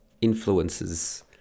influences